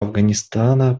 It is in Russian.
афганистана